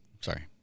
Sorry